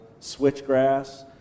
switchgrass